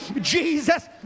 Jesus